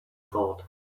thought